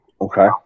Okay